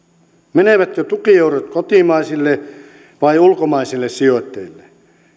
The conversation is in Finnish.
menevätkö tukieurot kotimaisille vai ulkomaisille sijoittajille